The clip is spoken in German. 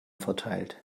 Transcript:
verteilt